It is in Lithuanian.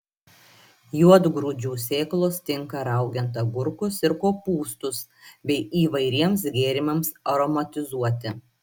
juodgrūdžių sėklos tinka raugiant agurkus ir kopūstus bei įvairiems gėrimams aromatizuoti